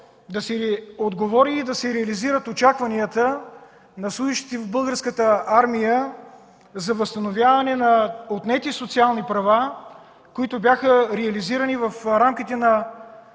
да се отговори и да се реализират очакванията на служещите в Българската армия за възстановяване на отнети социални права, които бяха реализирани в рамките на